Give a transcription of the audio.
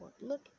Look